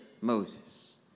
Moses